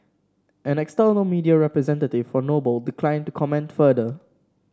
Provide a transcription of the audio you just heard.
an external media representative for Noble declined to comment further